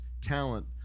Talent